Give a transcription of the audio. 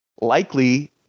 likely